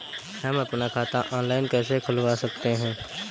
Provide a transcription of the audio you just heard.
हम अपना खाता ऑनलाइन कैसे खुलवा सकते हैं?